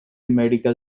medical